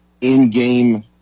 in-game